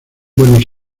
buenos